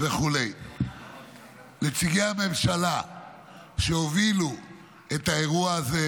וכו'; לנציגי הממשלה שהובילו את האירוע הזה,